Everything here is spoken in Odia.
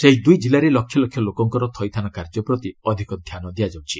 ସେହି ଦୁଇ ଜିଲ୍ଲାରେ ଲକ୍ଷ ଲକ୍ଷ ଲୋକଙ୍କର ଥଇଥାନ କାର୍ଯ୍ୟ ପ୍ରତି ଅଧିକ ଧ୍ୟାନ ଦିଆଯାଉଛି